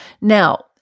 Now